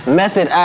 method